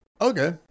Okay